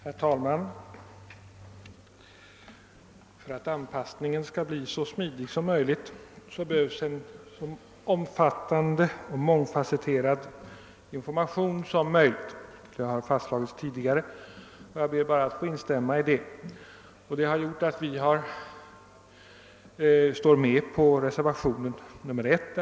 Herr talman! För att invandrarnas anpassning skall bli så smidig som möjligt behövs en omfattande och mångfasetterad information. Det har fastslagits tidigare och jag ber bara att få instämma i det. Det har också föranlett moderata samlingpartiets representanter att ansluta sig till reservationen 1.